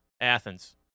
Athens